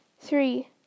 Three